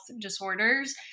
disorders